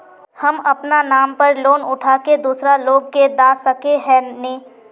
हम अपना नाम पर लोन उठा के दूसरा लोग के दा सके है ने